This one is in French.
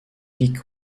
peak